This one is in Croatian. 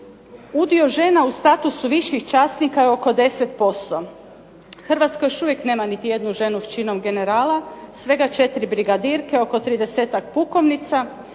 udio žena u statusu viših časnika je oko 10%. Hrvatska još uvijek nema niti jednu ženu s činom generala, svega 4 brigadirke, oko 30-tak pukovnica.